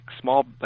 small